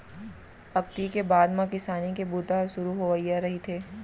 अक्ती के बाद म किसानी के बूता ह सुरू होवइया रहिथे